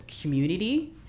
community